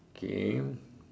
okay